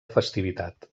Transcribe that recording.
festivitat